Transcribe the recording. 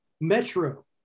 metro